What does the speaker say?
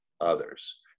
others